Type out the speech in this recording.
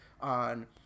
on